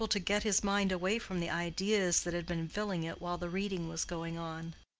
unable to get his mind away from the ideas that had been filling it while the reading was going on.